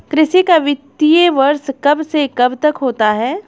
कृषि का वित्तीय वर्ष कब से कब तक होता है?